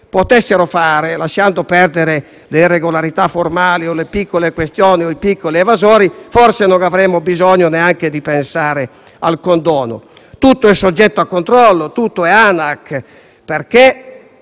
potessero farlo, lasciando perdere le irregolarità formali, le piccole questioni o i piccoli evasori, forse neanche avremmo bisogno di pensare al condono. Tutto è soggetto a controllo, tutto è ANAC e